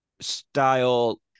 style